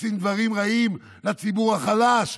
עושים דברים רעים לציבור החלש,